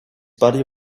body